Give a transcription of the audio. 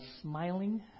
smiling